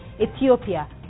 Ethiopia